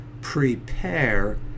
prepare